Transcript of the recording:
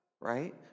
right